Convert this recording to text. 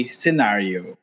scenario